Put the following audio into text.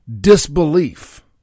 disbelief